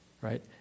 right